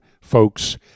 folks